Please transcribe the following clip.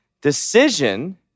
decision